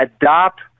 adopt